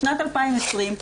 בשנת 2020,